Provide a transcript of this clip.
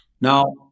Now